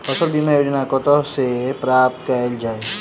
फसल बीमा योजना कतह सऽ प्राप्त कैल जाए?